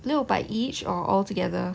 六百 each or altogether